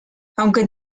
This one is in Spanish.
aunque